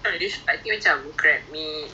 err bukan bukan bukan